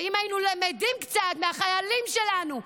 ואם היינו למדים קצת מהחיילים שלנו,